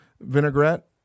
vinaigrette